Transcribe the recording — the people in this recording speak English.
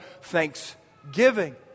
thanksgiving